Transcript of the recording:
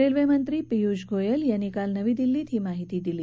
railway मंत्री पियुष गोयल यांनी काल नवी दिल्लीत ही माहिती दिली